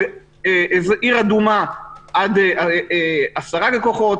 של עיר אדומה עד עשרה לקוחות,